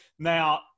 Now